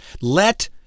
Let